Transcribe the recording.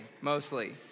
mostly